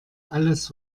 alles